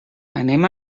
anem